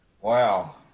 Wow